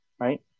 Right